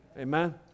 Amen